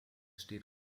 steht